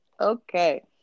Okay